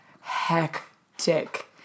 hectic